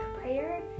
prayer